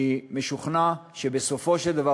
אני משוכנע שבסופו של דבר,